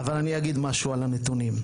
אבל אני אגיד משהו על הנתונים.